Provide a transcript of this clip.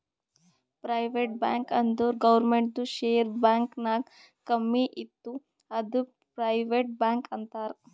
private bank ಅಂದುರ್ ಗೌರ್ಮೆಂಟ್ದು share bank ನಾಗ್ ಕಮ್ಮಿ ಇತ್ತು ಅಂದುರ್ ಪ್ರೈವೇಟ್ ಬ್ಯಾಂಕ್ ಅಂತಾರ್